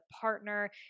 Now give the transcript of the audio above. partner